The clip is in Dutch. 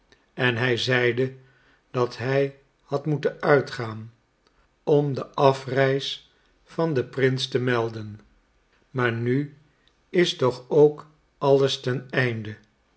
en hij zeide dat hij had moeten uitgaan om de afreis van den prins te melden maar nu is toch ook alles ten einde